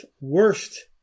worst